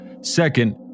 Second